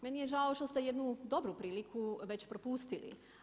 Meni je žao što ste jednu dobru priliku već propustili.